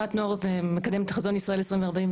בתנועת נוער זה מקדם את החזון ישראל שבבסיסו